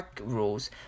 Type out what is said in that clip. rules